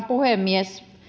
puhemies